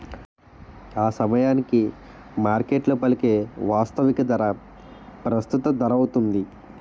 ఆసమయానికి మార్కెట్లో పలికే వాస్తవిక ధర ప్రస్తుత ధరౌతుంది